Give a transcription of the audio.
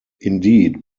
indeed